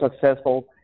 successful